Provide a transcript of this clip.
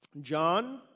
John